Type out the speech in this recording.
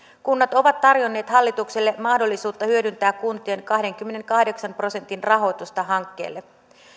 kunnat ovat tarjonneet hallitukselle mahdollisuutta hyödyntää kuntien kahdenkymmenenkahdeksan prosentin rahoitusta hankkeelle